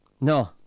No